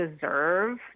deserve